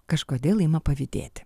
kažkodėl ima pavydėti